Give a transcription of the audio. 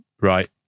Right